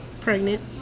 pregnant